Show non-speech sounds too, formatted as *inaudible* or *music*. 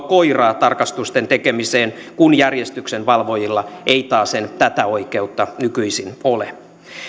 *unintelligible* koiraa tarkastusten tekemiseen kun järjestyksenvalvojilla ei taasen tätä oikeutta nykyisin ole